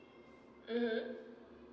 mmhmm